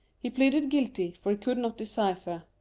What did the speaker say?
he pleaded guilty, for he could not decipher